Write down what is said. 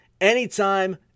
anytime